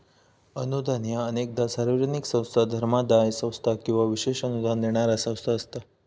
अनुदान ह्या अनेकदा सार्वजनिक संस्था, धर्मादाय संस्था किंवा विशेष अनुदान देणारा संस्था असता